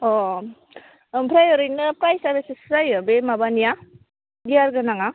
अ ओमफ्राय ओरैनो प्राइजआ बेसेसो जायो माबानिया गियार गोनाङा